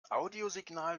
audiosignal